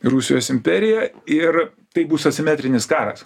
rusijos imperija ir tai bus asimetrinis karas